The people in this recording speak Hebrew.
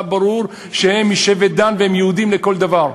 ברור שהם משבט דן והם יהודים לכל דבר.